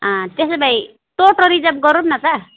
त्यसो भए टोटो रिजर्भ गरौँ न त